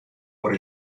por